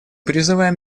призываем